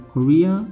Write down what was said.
Korea